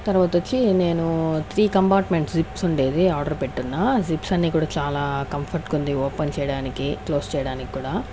తర్వాత వచ్చి నేను త్రీ కంపార్ట్మెంట్ జిప్స్ ఉండేది ఆర్డర్ పెట్టున్న జిప్స్ అన్ని కూడా చాలా కంఫర్ట్ గా ఉంది ఓపెన్ చేయడానికి క్లోజ్ చేయడానికి కూడా